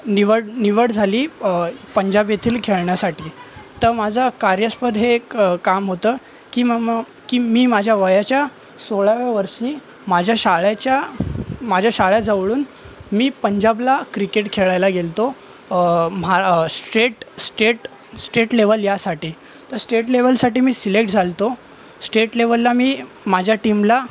निवड निवड झाली पंजाब येथील खेळण्यासाठी तं माझं कार्यचमदे एक काम होतं की म म की मी माझ्या वयाच्या सोळाव्या वर्षी माझ्या शाळेच्या माझ्या शाळाजवळून मी पंजाबला क्रिकेट खेळायला गेलो होतो महा स्टेट स्टेट स्टेट लेवल यासाठी तर स्टेट लेवलसाठी मी सिलेक्ट झालो होतो स्टेट लेवलला मी माझ्या टीमला